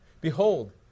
behold